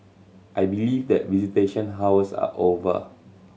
I believe that visitation hours are over